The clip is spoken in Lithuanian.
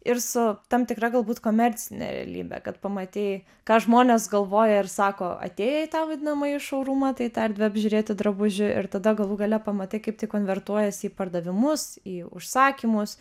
ir su tam tikra galbūt komercinė realybe kad pamatei ką žmonės galvoja ir sako atėję į tą vadinamąjį šourumą tai tą erdvę apžiūrėti drabužių ir tada galų gale pamatai kaip tik konvertuojasi į pardavimus į užsakymus